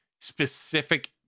specific